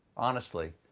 honestly,